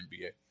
NBA